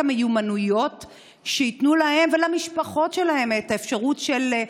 המיומנויות שייתנו להם ולמשפחות שלהם את האפשרות של,